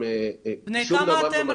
בני כמה אתם?